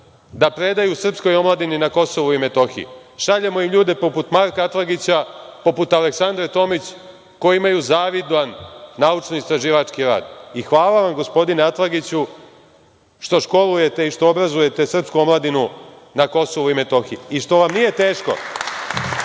da predaju srpskoj omladini na Kosovu i Metohiji. Šaljemo im ljude poput Marka Atlagića, poput Aleksandre Tomić, koji imaju zavidan naučno-istraživački rad. I hvala vam, gospodine Atlagiću, što školujete i što obrazujete srpsku omladinu na Kosovu i Metohiji i što vam nije teško